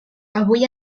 avui